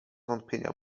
wątpienia